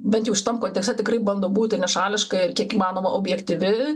bent jau šitam kontekste tikrai bando būti nešališka ir kiek įmanoma objektyvi